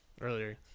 Earlier